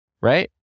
right